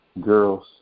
girls